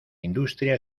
industria